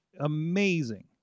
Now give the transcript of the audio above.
amazing